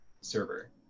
server